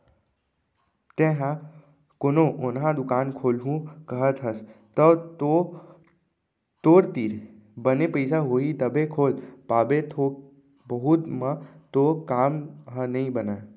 तेंहा कोनो ओन्हा दुकान खोलहूँ कहत हस तव तो तोर तीर बने पइसा होही तभे खोल पाबे थोक बहुत म तो काम ह नइ बनय